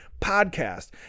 podcast